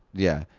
yeah,